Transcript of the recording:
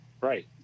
Right